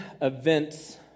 events